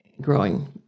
growing